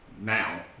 Now